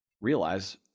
realize